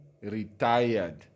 retired